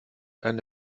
eine